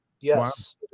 Yes